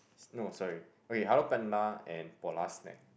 no sorry okay Hello Panda and Polar snack